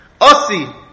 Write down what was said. Osi